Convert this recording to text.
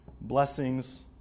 blessings